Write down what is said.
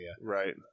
Right